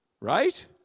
Right